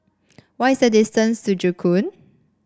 what is the distance to Joo Koon